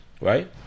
Right